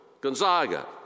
Gonzaga